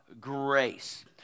grace